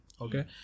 okay